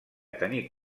tenir